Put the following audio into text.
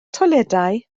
toiledau